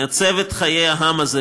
מעצב את חיי העם הזה.